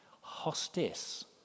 Hostis